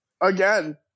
Again